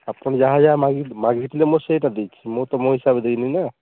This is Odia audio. ଆପଣ ଯାହା ଯାହା ମାଗି ମାଗିଥିଲ ମୁଁ ସେଇଟା ଦେଇଛି ମୁଁ ତ ମୋ ହିସାବରେ ଦେଇନି ନା